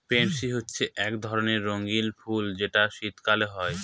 pansy হচ্ছে এক ধরণের রঙ্গীন ফুল যেটা শীতকালে হয়